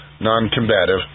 non-combative